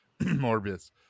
Morbius